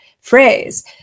phrase